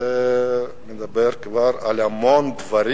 זה כבר אומר המון דברים.